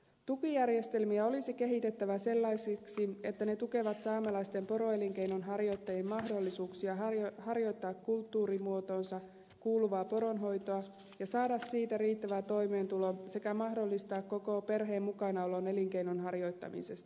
tukijärjestelmiä olisi kehitettävä sellaisiksi että ne tukevat saamelaisten poroelinkeinonharjoittajien mahdollisuuksia harjoittaa kulttuurimuotoonsa kuuluvaa poronhoitoa ja saada siitä riittävä toimeentulo sekä mahdollistaa koko perheen mukanaolo elinkeinonharjoittamisessa